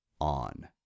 on